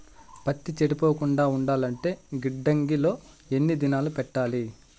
పత్తి చెడిపోకుండా ఉండాలంటే గిడ్డంగి లో ఎన్ని దినాలు పెట్టాలి?